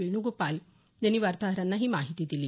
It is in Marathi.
वेणूगोपाल यांनी वार्ताहरांनी ही माहिती दिली